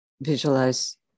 visualize